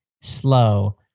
slow